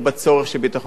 חבר הכנסת וקנין,